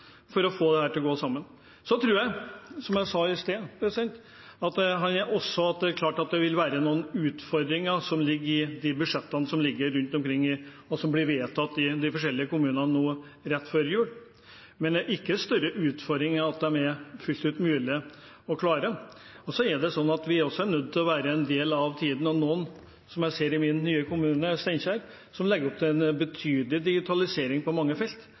for å få dette til å gå sammen. Som jeg sa i sted, er det klart at det også vil ligge noen utfordringer i budsjettene rundt omkring som blir vedtatt i de forskjellige kommunene rett før jul, men det er ikke større utfordringer enn at det er fullt mulig å klare det. Og så er det slik at vi også er nødt til å følge med i tiden, og noen, som jeg ser i min nye kommune, Steinkjer, legger opp til en betydelig digitalisering på mange felt.